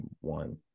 one